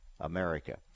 America